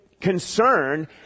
concern